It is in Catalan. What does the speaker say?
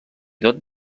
tot